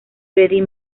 freddie